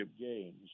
games